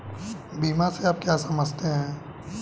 बीमा से आप क्या समझते हैं?